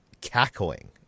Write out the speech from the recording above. cackling